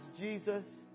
Jesus